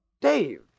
Dave